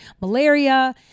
Malaria